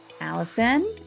Allison